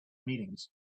meetings